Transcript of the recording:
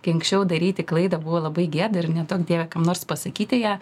kai anksčiau daryti klaidą buvo labai gėda ir neduok dieve kam nors pasakyti ją